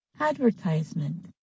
Advertisement